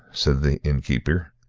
said the innkeeper.